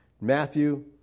Matthew